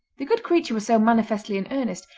the good creature was so manifestly in earnest,